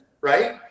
right